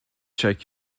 check